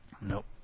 Nope